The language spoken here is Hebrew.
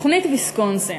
תוכנית ויסקונסין,